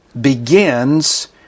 begins